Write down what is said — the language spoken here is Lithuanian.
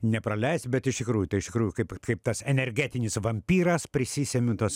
nepraleisi bet iš tikrųjų tai iš tikrųjų kaip kaip tas energetinis vampyras prisisemiu tos